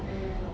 mm